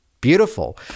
Beautiful